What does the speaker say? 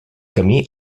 camí